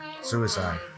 Suicide